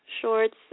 shorts